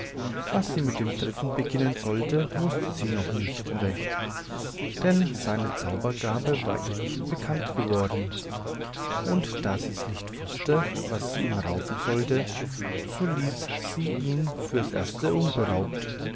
was sie mit dem dritten beginnen sollte wußte sie noch nicht recht denn seine zaubergabe war ihr nicht bekannt geworden und da sie nicht wußte was sie ihm rauben sollte so ließ sie ihn für's erste